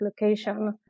location